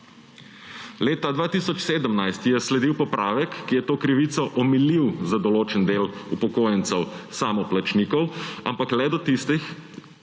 Leta 2017 je sledil popravek, ki je to krivico omilil za določen del upokojencev samoplačnikov, ampak le do tistih,